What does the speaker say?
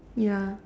ya